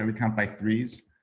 i mean count by threes.